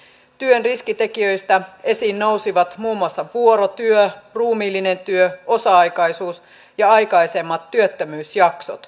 työn riskitekijöistä esiin nousivat muun muassa vuorotyö ruumiillinen työ osa aikaisuus ja aikaisemmat työttömyysjaksot